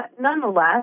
nonetheless